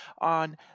on